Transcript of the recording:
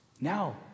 Now